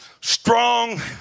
Strong